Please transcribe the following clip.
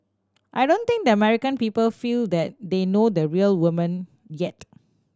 I don't think the American people feel that they know the real woman yet